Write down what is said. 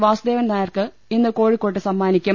വാസുദ്ദേവൻ നായർക്ക് ഇന്ന് കോഴി ക്കോട്ട് സമ്മാനിക്കും